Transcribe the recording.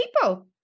people